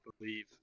believe